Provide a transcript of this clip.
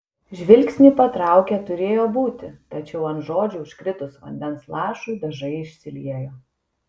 žvilgsnį patraukė turėjo būti tačiau ant žodžių užkritus vandens lašui dažai išsiliejo